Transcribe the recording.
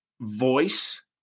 voice